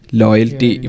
loyalty